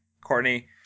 Courtney